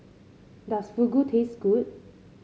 does Fugu taste good